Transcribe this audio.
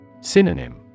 Synonym